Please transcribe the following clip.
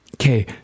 okay